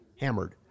hammered